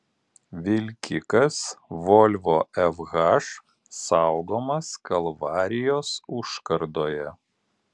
vilkikas volvo fh saugomas kalvarijos užkardoje